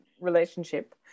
relationship